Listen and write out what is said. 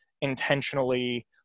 intentionally